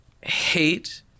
hate